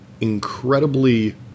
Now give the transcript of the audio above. incredibly